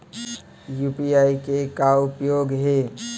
UPI के का उपयोग हे?